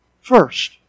first